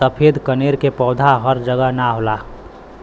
सफ़ेद कनेर के पौधा हर जगह ना होला